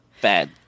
bad